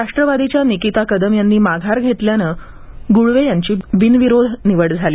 राष्ट्रवादीच्या निकिता कदम यांनी माघार घेतल्याने गुळवे यांची बिनविरोध निवड झाली